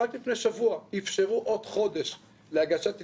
רק לפני שבוע אפשרו עוד חודש להגשת התנגדויות.